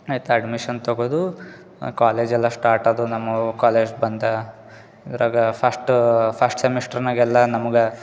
ಆಯ್ತ್ ಅಡ್ಮಿಷನ್ ತೊಗೋದು ಕಾಲೇಜ್ ಎಲ್ಲ ಸ್ಟಾರ್ಟ್ ಆದವು ನಮಗೂ ಕಾಲೇಜ್ ಬಂದ ಇದ್ರಾಗೆ ಫಸ್ಟ್ ಫಸ್ಟ್ ಸೆಮಿಸ್ಟರ್ನಾಗೆ ಎಲ್ಲ ನಮಗೆ